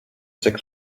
sechs